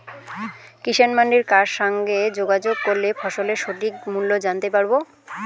কিষান মান্ডির কার সঙ্গে যোগাযোগ করলে ফসলের সঠিক মূল্য জানতে পারবো?